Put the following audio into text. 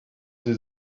sie